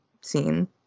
scene